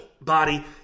body